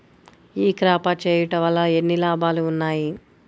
ఈ క్రాప చేయుట వల్ల ఎన్ని లాభాలు ఉన్నాయి?